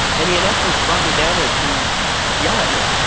and he, in essence, brought me down there to yell at me.